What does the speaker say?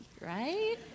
right